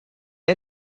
est